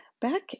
back